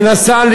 מנסה,